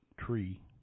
tree